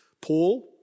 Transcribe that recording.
Paul